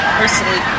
personally